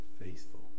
faithful